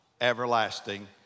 everlasting